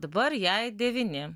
dabar jai devyni